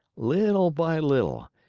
little by little,